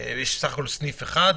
בסך הכול סניף אחד.